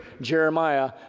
Jeremiah